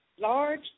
large